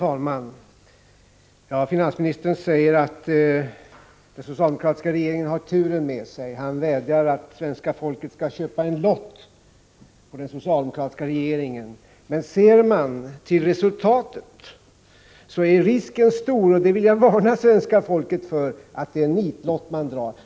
Fru talman! Finansministern säger att den socialdemokratiska regeringen har turen med sig. Han vädjar till svenska folket att köpa en lott på den socialdemokratiska regeringen. Men jag vill varna svenska folket för att risken är stor att det är en nitlott!